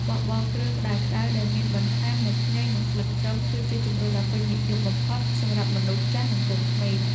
បបរគ្រឿងក្ដៅៗដែលមានបន្ថែមនូវខ្ញីនិងស្លឹកខ្ទឹម គឺជាជម្រើសដ៏ពេញនិយមបំផុតសម្រាប់មនុស្សចាស់និងកូនក្មេង។